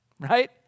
right